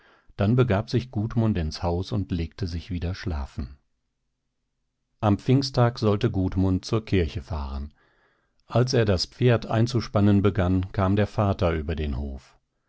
dann begab sich gudmund ins haus und legte sich wieder schlafen am pfingsttag sollte gudmund zur kirche fahren als er das pferd einzuspannen begann kam der vater über den hof